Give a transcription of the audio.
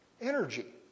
Energy